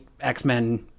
x-men